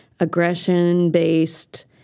aggression-based